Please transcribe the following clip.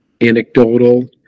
anecdotal